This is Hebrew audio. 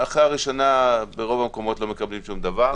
אחרי המנה הראשונה ברוב המקומות לא מקבלים שום דבר,